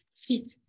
fit